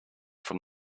from